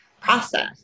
process